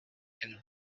and